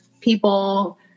people